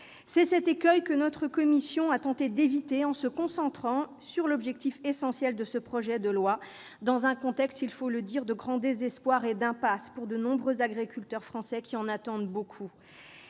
C'est cet écueil que notre commission a tenté d'éviter, en se concentrant sur l'objectif essentiel de ce projet de loi, dans un contexte- il faut le souligner -de grand désespoir et d'impasse pour de nombreux agriculteurs français, qui en attendent beaucoup.